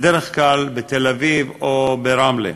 בדרך כלל בתל-אביב או ברמלה,